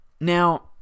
Now